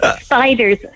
Spiders